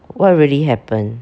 what really happened